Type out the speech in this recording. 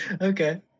okay